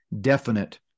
definite